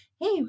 hey